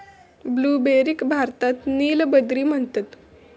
ब्लूबेरीक भारतात नील बद्री म्हणतत